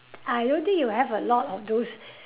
I don't think you have a lot of those